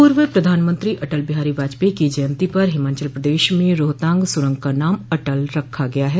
पूर्व प्रधानमंत्री अटल बिहारी वाजपेयी की जयंती पर हिमांचल प्रदेश में रोहतांग सुरंग का नाम अटल रखा गया है